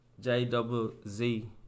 J-double-Z